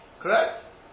Correct